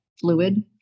fluid